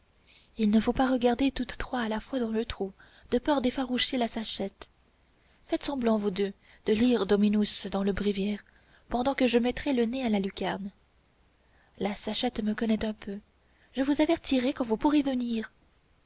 il ne faut pas regarder toutes trois à la fois dans le trou de peur d'effaroucher la sachette faites semblant vous deux de lire dominus dans le bréviaire pendant que je mettrai le nez à la lucarne la sachette me connaît un peu je vous avertirai quand vous pourrez venir